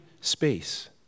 space